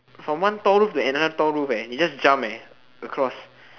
from one tall roof to another tall roof eh he just jump eh across